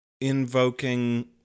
invoking